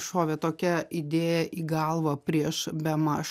šovė tokia idėja į galvą prieš bemaž